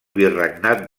virregnat